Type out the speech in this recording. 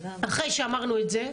אחרי שאמרנו את זה,